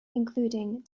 including